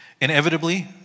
Inevitably